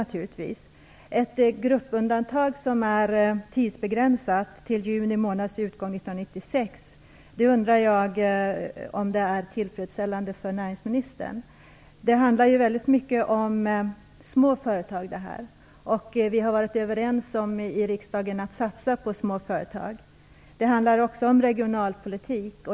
Jag undrar om ett gruppundantag som är tidsbegränsat till juni månads utgång 1996 är tillfredsställande för näringsministern. Det handlar väldigt mycket om små företag, och vi har i riksdagen varit överens om att satsa på små företag. Det handlar också om regionalpolitik.